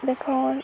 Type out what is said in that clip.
बेखौ